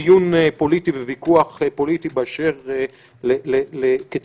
דיון פוליטי וויכוח פוליטי באשר לכיצד